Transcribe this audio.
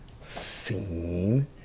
scene